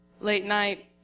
late-night